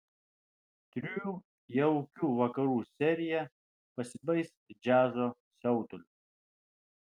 trijų jaukių vakarų serija pasibaigs džiazo siautuliu